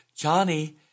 Johnny